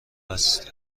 است